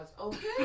Okay